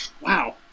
Wow